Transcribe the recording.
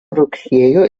rugsėjo